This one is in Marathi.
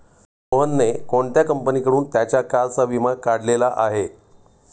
मोहनने कोणत्या कंपनीकडून त्याच्या कारचा विमा काढलेला आहे?